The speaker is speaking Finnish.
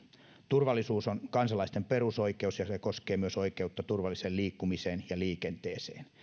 turvallisuus on kansalaisten perusoikeus ja se koskee myös oikeutta turvalliseen liikkumiseen ja liikenteeseen